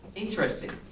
interesting.